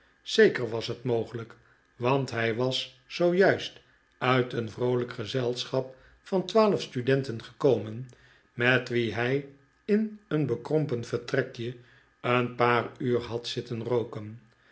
zeker was het mogelijk want hij was zoo juist uit een vroolijk gezelschap van twaalf studenten gekomen met wie hij in een bekrompen vertrekje een paar uur had zitten rooken